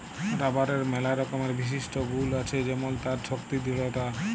রাবারের ম্যালা রকমের বিশিষ্ট গুল আছে যেমল তার শক্তি দৃঢ়তা